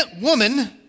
Woman